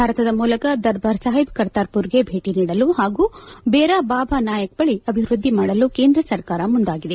ಭಾರತದ ಮೂಲಕ ದರ್ಬಾರ್ ಸಾಹಿಬ್ ಕರ್ತಾಮರ್ಗೆ ಭೇಟಿ ನೀಡಲು ಹಾಗೂ ಬೆರಾ ಬಾಬಾ ನಾಯಕ್ ಬಳಿ ಅಭಿವೃದ್ದಿ ಮಾಡಲು ಕೇಂದ್ರ ಸರ್ಕಾರ ಮುಂದಾಗಿದೆ